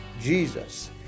Jesus